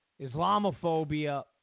Islamophobia